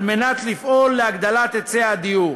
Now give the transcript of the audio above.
על מנת לפעול להגדלת היצע הדיור.